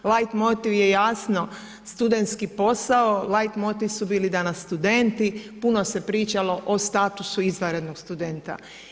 Lait motiv je jasno studentski posao, lait motiv su danas bili studenti puno se pričalo o statusu izvanrednog studenta.